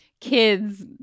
kids –